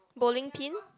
bowling pin